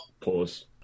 pause